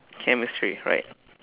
chemistry right